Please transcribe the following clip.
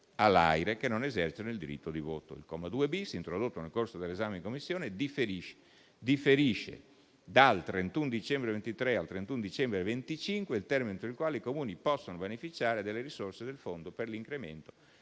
all'AIRE, che non esercitano il diritto di voto. Il comma 2-*bis*, introdotto nel corso dell'esame in Commissione, differisce dal 31 dicembre 2023 al 31 dicembre 2025 il termine entro il quale i Comuni possono beneficiare delle risorse del Fondo per l'incremento